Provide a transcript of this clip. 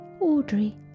Audrey